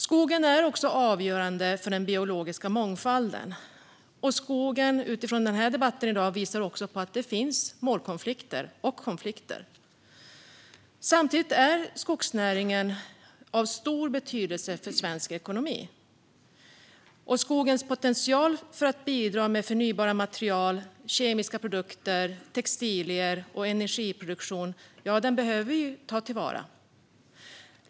Skogen är också avgörande för den biologiska mångfalden. Men dagens debatt visar att det finns målkonflikter och andra konflikter. Samtidigt är skogsnäringen av stor betydelse för svensk ekonomi. Skogens potential att bidra med förnybara material, kemiska produkter, textilier och energiproduktion behöver tas till vara.